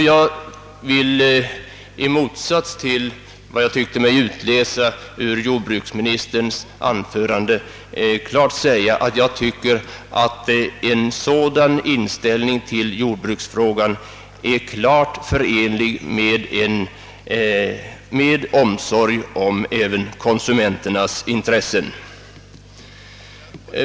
Jag vill i motsats till den uppfattning jag tyckte mig kunna utläsa ur jordbruksministerns anförande framhålla, att jag anser att en sådan inställning till jordbruksfrågan är klart förenlig med omsorgen om konsumenternas intressen.